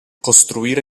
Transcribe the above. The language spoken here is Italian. costruire